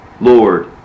Lord